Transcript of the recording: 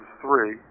three